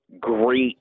great